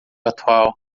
atual